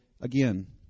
again